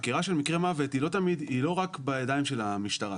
החקירה של מקרה מוות היא לא רק בידיים של המשטרה,